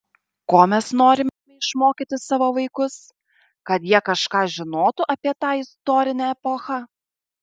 ko mes norime išmokyti savo vaikus kad jie kažką žinotų apie tą istorinę epochą